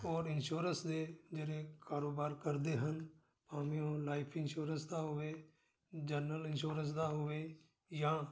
ਔਰ ਇੰਸ਼ੋਰੈਂਸ ਦੇ ਜਿਹੜੇ ਕਾਰੋਬਾਰ ਕਰਦੇ ਹਨ ਭਾਵੇਂ ਉਹ ਲਾਈਫ ਇੰਸ਼ੋਰੈਂਸ ਦਾ ਹੋਵੇ ਜਨਰਲ ਇੰਸ਼ੋਰੈਂਸ ਦਾ ਹੋਵੇ ਜਾਂ